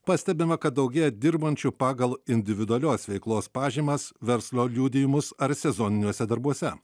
pastebima kad daugėja dirbančių pagal individualios veiklos pažymas verslo liudijimus ar sezoniniuose darbuose